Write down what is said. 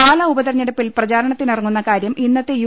പാലാ ഉപതെരഞ്ഞെടുപ്പിൽ പ്രചാരണത്തിനിറങ്ങുന്ന കാര്യം ഇന്നത്തെ യു